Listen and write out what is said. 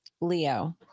Leo